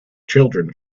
children